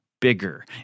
bigger